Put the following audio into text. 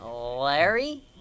Larry